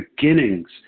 beginnings